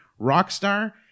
Rockstar